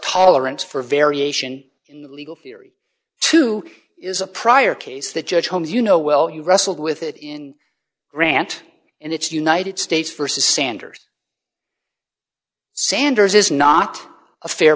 tolerance for variation in the legal theory two is a prior case the judge holmes you know well you wrestled with it in rant and it's united states versus sanders sanders is not a fair